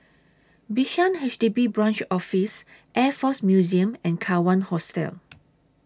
Bishan H D B Branch Office Air Force Museum and Kawan Hostel